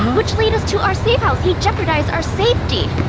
which lead us to our safe house. he jepordized our safety.